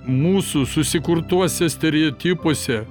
mūsų susikurtuose stereotipuose